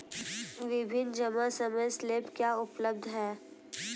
विभिन्न जमा समय स्लैब क्या उपलब्ध हैं?